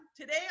Today